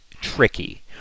tricky